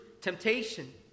temptation